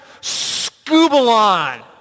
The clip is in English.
Scubalon